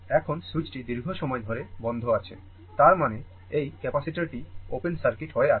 এখন সুইচটি দীর্ঘ সময় ধরে বন্ধ আছে তার মানে এই ক্যাপাসিটারটি ওপেন সার্কিট হয়ে আছে